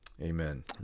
Amen